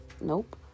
Nope